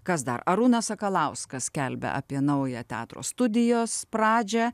kas dar arūnas sakalauskas skelbia apie naują teatro studijos pradžią